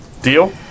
Deal